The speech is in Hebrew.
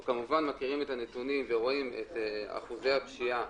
אנחנו מכירים את הנתונים המדאיגים ורואים את אחוזי הפשיעה